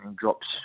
drops